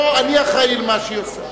פה אני אחראי למה שהיא עושה.